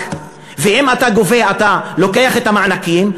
ואם אתה גובה אתה לוקח את המענקים,